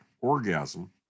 orgasm